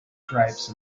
stripes